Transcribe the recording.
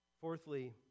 Fourthly